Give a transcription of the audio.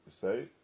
say